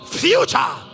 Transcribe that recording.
future